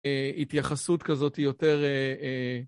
התייחסות כזאת היא יותר